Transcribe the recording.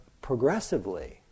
progressively